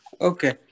Okay